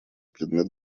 предмет